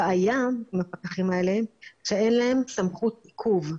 הבעיה עם הפקחים האלה, שאין להם סמכות עיכוב.